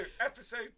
episode